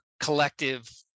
collective